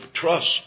trust